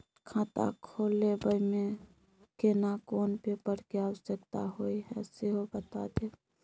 खाता खोलैबय में केना कोन पेपर के आवश्यकता होए हैं सेहो बता देब?